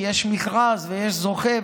כי יש מכרז ויש זוכה,